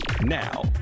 Now